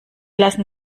lassen